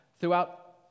Throughout